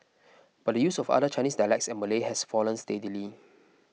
but the use of other Chinese dialects and Malay has fallen steadily